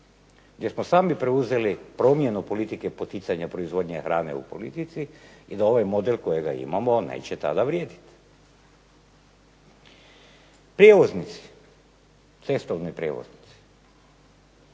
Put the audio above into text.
jer smo sami preuzeli promjenu politike poticanja proizvodnje hrane u politici, i da ovaj model kojega imamo a neće tada vrijediti. Prijevoznici, cestovni prijevoznici,